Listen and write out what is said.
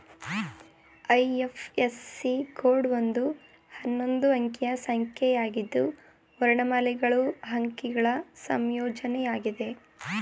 IFSC code ಒಂದು ಹನ್ನೊಂದು ಅಂಕಿಯ ಸಂಖ್ಯೆಯಾಗಿದ್ದು ವರ್ಣಮಾಲೆಗಳು ಅಂಕಿಗಳ ಸಂಯೋಜ್ನಯಾಗಿದೆ